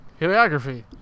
Heliography